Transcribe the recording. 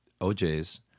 OJ's